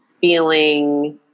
feeling